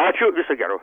ačiū viso gero